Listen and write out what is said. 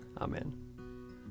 Amen